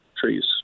trees